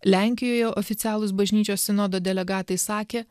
lenkijoje oficialūs bažnyčios sinodo delegatai sakė